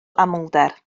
amlder